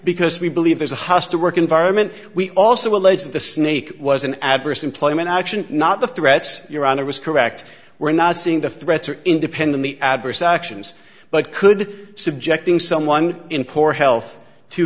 because we believe there's a hostile work environment we also allege that the snake was an adverse employment action not the threats you're on a risk correct we're not seeing the threats or independently adverse actions but could subjecting someone in poor health to